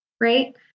right